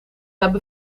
hebben